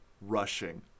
rushing